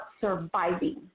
surviving